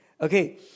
Okay